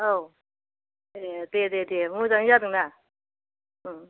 औ दे दे दे मोजाङानो जादों ना